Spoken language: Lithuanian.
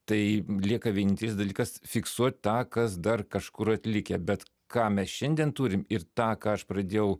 tai lieka vienintelis dalykas fiksuot tą kas dar kažkur atlikę bet ką mes šiandien turim ir tą ką aš pradėjau